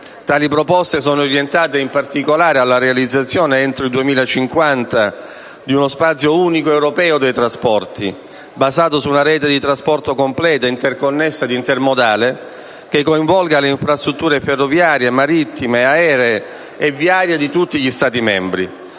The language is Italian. Tali proposte sono orientate in particolare alla realizzazione entro il 2050 di uno spazio unico europeo dei trasporti, basato su una rete di trasporto completa, interconnessa ed intermodale, che coinvolga le infrastrutture ferroviarie, marittime, aeree e viarie di tutti gli Stati membri,